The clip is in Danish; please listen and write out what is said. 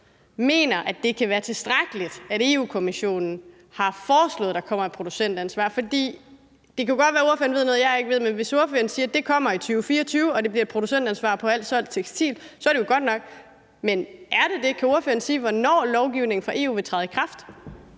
mener, at det kan være tilstrækkeligt, at Europa-Kommissionen har foreslået, at der kommer et producentansvar? Det kan jo godt være, at ordføreren ved noget, jeg ikke ved, men hvis ordføreren siger, at det kommer i 2024, og at det bliver et producentansvar i forhold til alt solgt tekstil, er det jo godt nok. Men er det det? Kan ordføreren sige, hvornår lovgivningen fra EU vil træde i kraft?